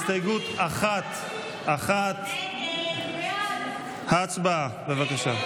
הסתייגות 1. הצבעה, בבקשה.